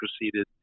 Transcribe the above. proceeded